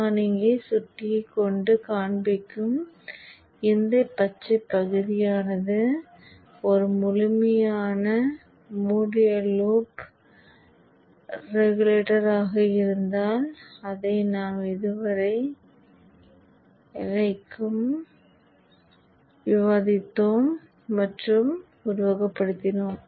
நான் இங்கே சுட்டியைக் கொண்டு காண்பிக்கும் இந்தப் பச்சைப் பகுதியானது ஒரு முழுமையான மூடிய லூப் பக் ரெகுலேட்டராக இருந்தால் அதை நாம் இதுவரை விவாதித்தோம் மற்றும் உருவகப்படுத்தினோம்